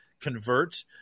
convert